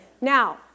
Now